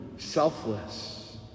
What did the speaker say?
Selfless